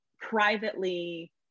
privately